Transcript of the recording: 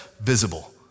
Visible